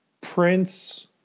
Prince